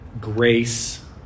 grace